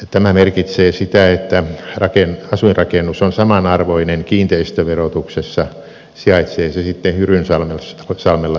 tämä merkitsee sitä että asuinrakennus on samanarvoinen kiinteistöverotuksessa sijaitsee se sitten hyrynsalmella tai espoossa